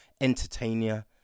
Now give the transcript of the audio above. entertainer